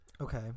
Okay